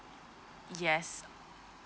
yes